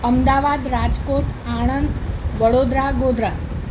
Ahmedabad Rajkot Anand Vadodara Godhra